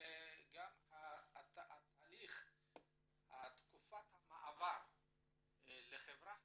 שתהליך המעבר לחברה חדשה,